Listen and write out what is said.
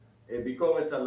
לו יצויר ויש קרן, איך נקבעים